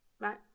right